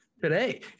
today